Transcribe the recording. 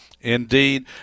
Indeed